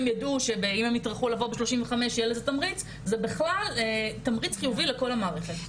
שאם הם יטרחו להגיע בגיל 35 זה תמריץ חיובי לכל המערכת.